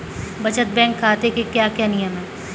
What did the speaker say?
बचत बैंक खाते के क्या क्या नियम हैं?